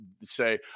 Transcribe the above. say